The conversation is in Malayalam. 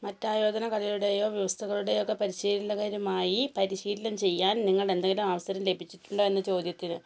മറ്റ് അയോദ്ധന കലയുടെയോ വ്യവസ്ഥകളുടെയൊക്കെ പരിശീലകരുമായി പരിശീലനം ചെയ്യാൻ നിങ്ങൾക്ക് എന്തെങ്കിലും അവസരം ലഭിച്ചിട്ടുണ്ടോ എന്ന് ചോദ്യത്തിന്